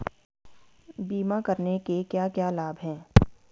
बीमा करने के क्या क्या लाभ हैं?